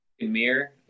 mirror